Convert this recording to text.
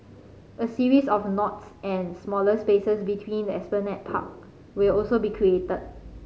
a series of nodes and smaller spaces between the Esplanade Park will also be created